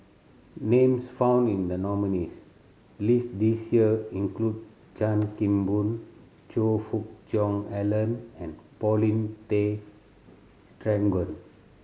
names found in the nominees' list this year include Chan Kim Boon Choe Fook Cheong Alan and Paulin Tay Straughan